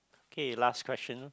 okay last question